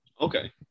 okay